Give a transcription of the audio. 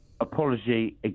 Apology